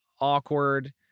awkward